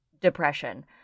depression